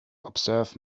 observe